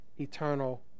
eternal